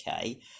Okay